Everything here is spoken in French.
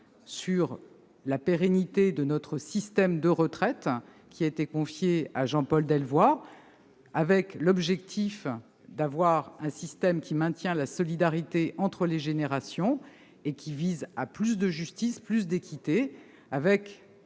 sur la pérennité de notre système de retraites a été confiée à Jean-Paul Delevoye. L'objectif est d'avoir un système qui maintienne la solidarité entre les générations et vise à plus de justice et d'équité,